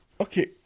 okay